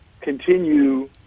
continue